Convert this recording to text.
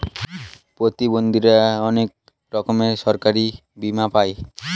প্রতিবন্ধীরা অনেক রকমের সরকারি বীমা পাই